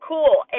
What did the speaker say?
cool